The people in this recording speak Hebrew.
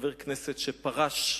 חבר כנסת שפרש,